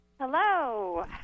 Hello